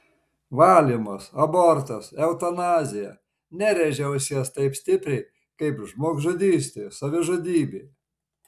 valymas abortas eutanazija nerėžia ausies taip stipriai kaip žmogžudystė savižudybė